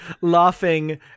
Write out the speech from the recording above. laughing